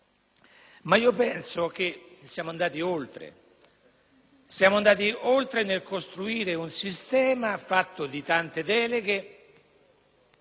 ma penso che siamo andati oltre nel costruire un sistema fatto di tante deleghe,